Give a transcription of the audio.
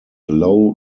low